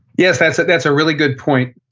yes. that's ah that's a really good point.